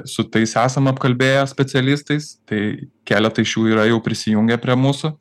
su tais esam apkalbėję specialistais tai keletą iš jų yra jau prisijungę prie mūsų